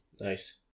Nice